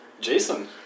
Jason